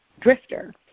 drifter